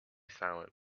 silent